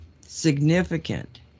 significant